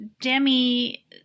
Demi